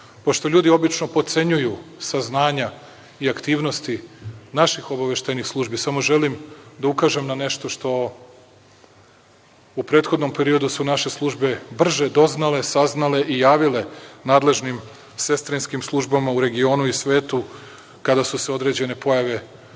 ljudi obično potcenjuju saznanja i aktivnosti naših obaveštajnih službi, samo želim da ukažem na nešto što u prethodnom periodu su naše službe brže doznale, saznale i javile nadležnim sestrinskim službama u regionu i svetu kada su se određene pojave